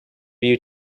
you